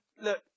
Look